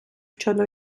щодо